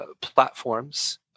platforms